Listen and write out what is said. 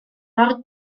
mor